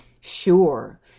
Sure